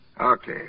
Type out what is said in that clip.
Okay